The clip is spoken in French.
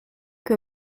que